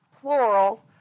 plural